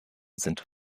sind